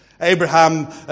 Abraham